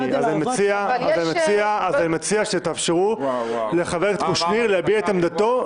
אני מציע שתאפשרו לחבר הכנסת קושניר להביע את עמדתו.